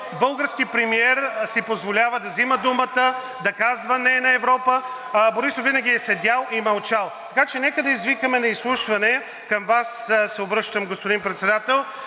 Български премиер си позволява да взема думата, да казва: „Не“ – на Европа. Борисов винаги е седял и е мълчал. Така че нека да извикаме на изслушване, към Вас се обръщам господин Председател,